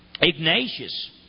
Ignatius